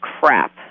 crap